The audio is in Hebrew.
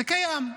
זה קיים.